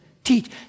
Teach